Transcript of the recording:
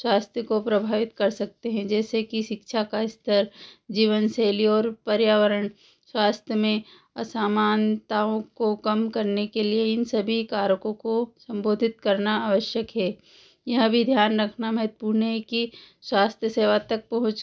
स्वास्थ्य को प्रभावित कर सकते हैं जैसे कि शिक्षा का स्तर जीवन शैली और पर्यावरण स्वास्थ्य में असमानताओं को कम करने के लिए इन सभी कारकों को संबोधित करना आवश्यक है यह भी ध्यान रखना महत्वपूर्ण है कि स्वास्थ्य सेवा तक पहुंच